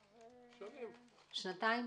שנתיים?